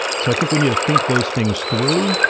so i think we need to think those things through.